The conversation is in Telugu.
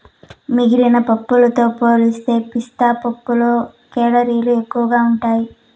మిగిలిన పప్పులతో పోలిస్తే పిస్తా పప్పులో కేలరీలు ఎక్కువగా ఉంటాయి